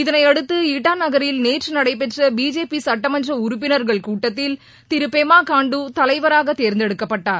இதனையடுத்து இட்டா நகரில் நேற்று நடைபெற்ற பிஜேபி சட்டமன்ற உறுப்பினர்கள் கூட்டத்தில் திரு பெமா காண்டு தலைவராக தேர்ந்தெடுக்கப்பட்டார்